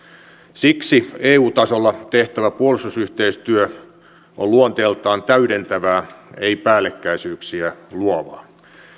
siksi eu tasolla tehtävä puolustusyhteistyö on luonteeltaan täydentävää ei päällekkäisyyksiä luovaa